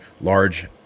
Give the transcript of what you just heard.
large